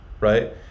Right